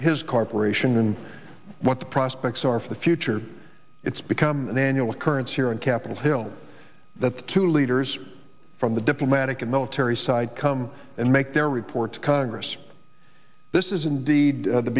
his corporation and what the prospects are the future it's become an annual occurrence here on capitol hill that the two leaders from the diplomatic and military side come and make their report to congress this is indeed